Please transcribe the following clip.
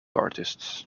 artist